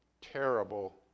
terrible